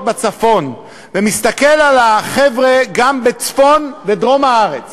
בצפון ומסתכל על החבר'ה גם בצפון ודרום הארץ